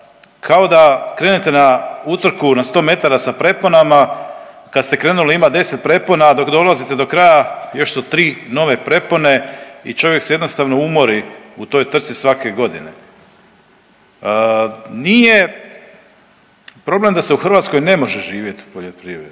kao da krenete na utrku na 100 m sa preponama, kad ste krenuli ima 10 prepona, dok dolazite do kraja još su 3 nove prepone i čovjek se jednostavno umori u toj trci svake godine. Nije problem da se u Hrvatskoj ne može živjeti od poljoprivrede,